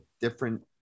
different